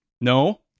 No